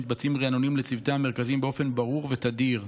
מתבצעים ריענונים לצוותי המרכזים באופן ברור ותדיר.